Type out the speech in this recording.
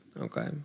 Okay